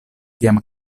kiam